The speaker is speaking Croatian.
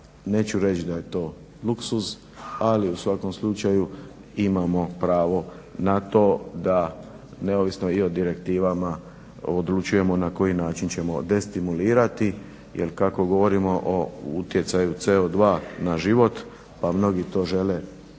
Neću reći da je to luksuz ali u svakom slučaju imamo pravo na to da neovisno i o direktivama odlučujemo na koji način ćemo destimulirati jer kako govorimo o utjecaju na CO2 pa mnogi to žele